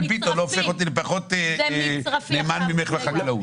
ביטון לא הופך אותי לפחות נאמן ממך לחקלאות.